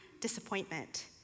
disappointment